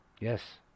Yes